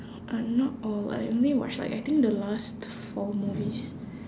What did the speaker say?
uh not all I only watch like I think the last four movies